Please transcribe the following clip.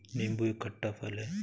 नीबू एक खट्टा फल है